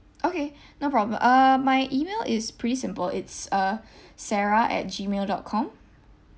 okay no problem uh my email is pretty simple it's uh sarah at gmail dot com